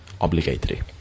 obligatory